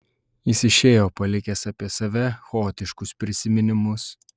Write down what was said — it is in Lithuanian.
jis išėjo palikęs apie save chaotiškus prisiminimus